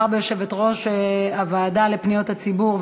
אבל בהתחשב בכך שמדובר ביושבת-ראש הוועדה לפניות הציבור,